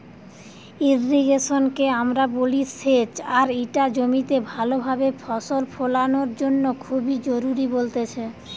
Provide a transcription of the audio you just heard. irrigation কে আমরা বলি সেচ আর ইটা জমিতে ভালো ভাবে ফসল ফোলানোর জন্য খুবই জরুরি বলতেছে